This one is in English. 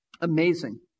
Amazing